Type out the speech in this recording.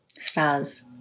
stars